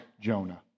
Jonah